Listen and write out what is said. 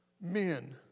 men